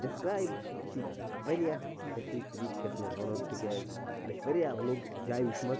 describe یہِ چھِ واریاہ بہتریٖن طریٖقہٕ یَتھ منٛز وَنُن تِکیٛازِ مےٚ چھِ واریاہ لوکل جایہِ وُچھمژ